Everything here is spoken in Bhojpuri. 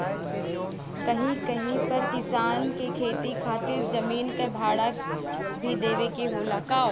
कहीं कहीं पर किसान के खेती खातिर जमीन क भाड़ा भी देवे के होला